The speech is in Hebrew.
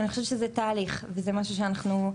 ואני חושבת שזה תהליך וזה משהו שאנחנו,